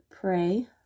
pray